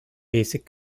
basic